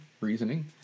reasoning